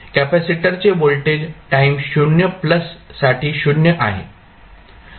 कॅपेसिटरचे voltage time 0 साठी 0 आहे